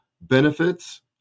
Benefits